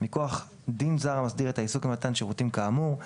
מכוח דין זר המסדיר את העיסוק במתן שירותים כאמור;